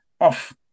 off